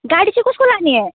गाडी चाहिँ कसको लाने